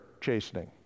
chastening